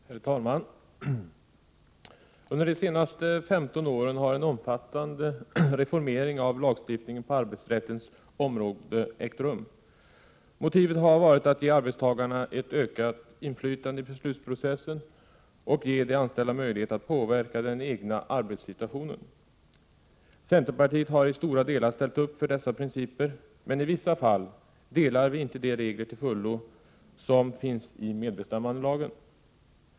Herr talman! Under de senaste 15 åren har en omfattande reformering av lagstiftningen på arbetsrättens område ägt rum. Motivet har varit att ge arbetstagarna ett ökat inflytande i beslutsprocessen och ge de anställda möjlighet att påverka den egna arbetssituationen. Centerpartiet har i stora delar ställt upp för dessa principer, men i vissa fall godtar vi inte till fullo de regler som finns i medbestämmandelagen.